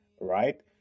right